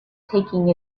taking